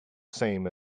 same